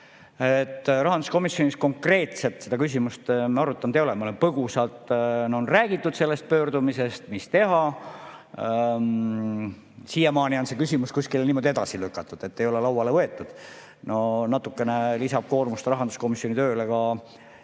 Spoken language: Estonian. Rahanduskomisjonis konkreetselt seda küsimust arutatud ei ole. On põgusalt räägitud sellest pöördumisest, et mis teha. Siiamaani on see küsimus kuskile niimoodi edasi lükatud, ei ole lauale võetud. No natukene lisab koormust rahanduskomisjoni tööle ka